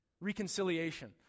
Reconciliation